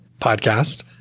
podcast